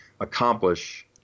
accomplish